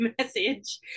message